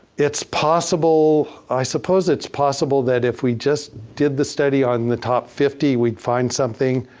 it's possible, i suppose it's possible that if we just did the study on the top fifty, we'd find something